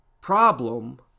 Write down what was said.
problem